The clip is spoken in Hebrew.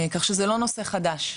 כך שזה לא נושא חדש.